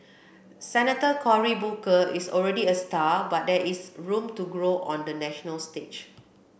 Senator Cory Booker is already a star but there is room to grow on the national stage